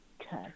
Okay